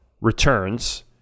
returns